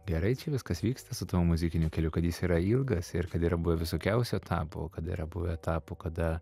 gerai čia viskas vyksta su tuo muzikiniu keliu kad jis yra ilgas ir kad yra buvę visokiausių etapų o kad yra buvę etapų kada